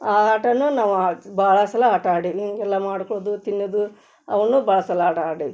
ಆ ಆಟನ ನಾವು ಆಡ್ತಾ ಭಾಳ ಸಲ ಆಟ ಆಡೀನಿ ಹೀಗೆಲ್ಲ ಮಾಡೋದು ತಿನ್ನೋದು ಅವನ್ನೂ ಭಾಳ ಸಲ ಆಟ ಆಡಿನಿ